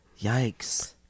yikes